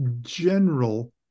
general